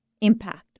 impact